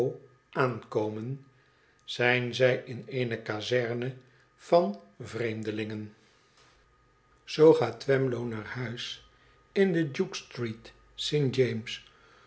aankomen zijn zij in eene kazerne van vreemdelingen zoo gaat twemlow naar huis inde duke street st james